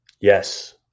yes